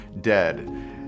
dead